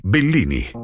Bellini